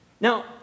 now